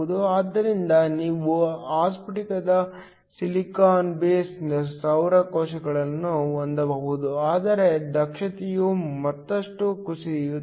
ಆದ್ದರಿಂದ ನೀವು ಅಸ್ಫಾಟಿಕ ಸಿಲಿಕಾನ್ ಬೇಸ್ ಸೌರ ಕೋಶಗಳನ್ನು ಹೊಂದಬಹುದು ಆದರೆ ದಕ್ಷತೆಯು ಮತ್ತಷ್ಟು ಕುಸಿಯುತ್ತದೆ